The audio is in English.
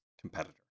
competitor